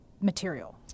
material